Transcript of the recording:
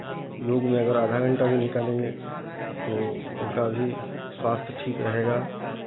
योग में अगर आधा घंटा भी निकालेंगे तो उनका अभी स्वास्थ्य ठीक रहेगा